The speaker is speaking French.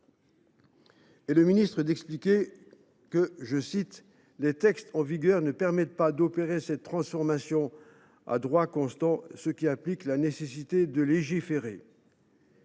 Et le ministre d’expliquer que les « textes en vigueur ne permett[ai]ent pas d’opérer cette transformation à droit constant », ce qui impliquait la nécessité de légiférer.